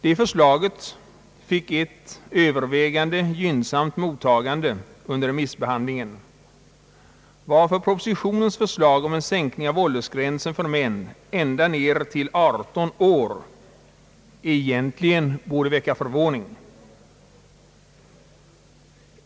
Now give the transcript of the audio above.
Det förslaget fick ett övervägande gynnsamt mottagande under remissbehandlingen, varför propositionens förslag om en sänkning av åldersgränsen för man ända ned till 18 år egentligen borde väcka förvåning.